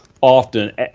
often